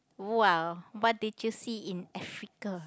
!wow! what did you see in Africa